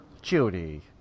Judy